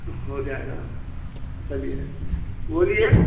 हो जाएगा चलिए बोलिए